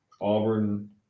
Auburn –